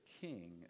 king